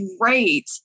great